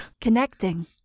Connecting